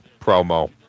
promo